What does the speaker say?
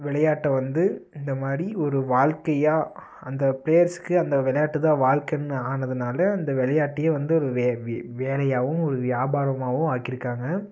விளையாட்டை வந்து இந்த மாதிரி ஒரு வாழ்க்கையாக அந்த ப்ளேயர்ஸ்க்கு அந்த விளையாட்டு தான் வாழ்க்கைன்னு ஆனதுனால் அந்த விளையாட்டையே வந்து ஒரு வே வே வேலையாகவும் ஒரு வியாபாரமாகவும் ஆக்கியிருக்காங்க